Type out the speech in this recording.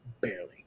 barely